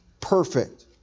perfect